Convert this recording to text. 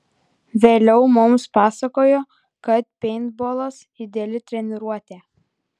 vėliau mums pasakojo kad peintbolas ideali treniruotė